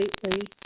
completely